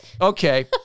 Okay